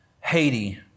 Haiti